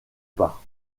pas